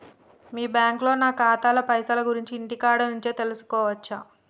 మీ బ్యాంకులో నా ఖాతాల పైసల గురించి ఇంటికాడ నుంచే తెలుసుకోవచ్చా?